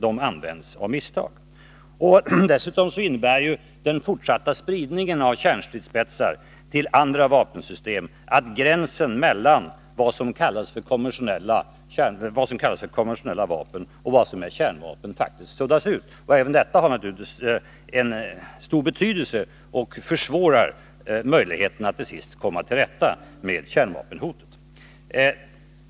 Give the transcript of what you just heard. Dessutom innebär den fortsatta spridningen av kärnvapenstridsspetsar till andra vapensystem att gränsen mellan vad som kallas konventionella vapen och vad som är kärnvapen suddas ut. Även detta har naturligtvis stor betydelse och försvårar möjligheterna att till sist komma till rätta med kärnvapenhotet.